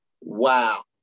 Wow